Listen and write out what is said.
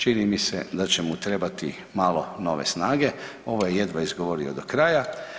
Čini mi se da će mu trebati malo nove snage, ovo je jedva izgovorio do kraja.